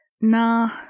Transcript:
nah